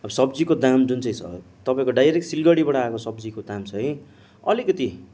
अब सब्जीको दाम जुन चाहिँ छ तपाईँको डाइरेक्ट सिलगढीबाट आएको सब्जीको दाम चाहिँ अलिकति